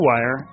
BlueWire